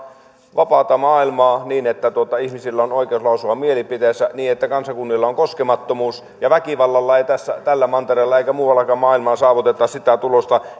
vapaata maailmaa niin että ihmisillä on oikeus lausua mielipiteensä ja niin että kansakunnilla on koskemattomuus ja väkivallalla ei tässä tällä mantereella eikä muuallakaan maailmalla saavuteta sitä tulosta